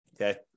okay